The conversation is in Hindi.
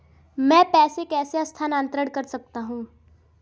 मैं पैसे कैसे स्थानांतरण कर सकता हूँ?